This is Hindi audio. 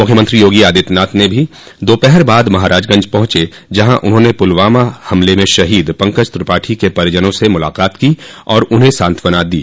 मुख्यमंत्री योगी आदित्यनाथ भी दोपहर बाद महाराजगंज पहुंचे जहां उन्होंने पुलवामा हमले में शहीद पंकज त्रिपाठी के परिजनों से मुलाकात की और उन्हें सांत्वना दी